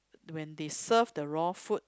when they serve the raw food